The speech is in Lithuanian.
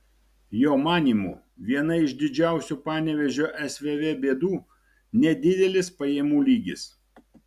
jo manymu viena iš didžiausių panevėžio svv bėdų nedidelis pajamų lygis